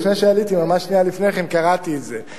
לפני שעליתי, ממש שנייה לפני כן, קראתי את זה.